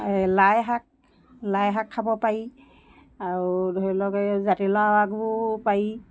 এই লাইশাক লাইশাক খাব পাৰি আৰু ধৰি লওক এই জাতিলাও আগো পাৰি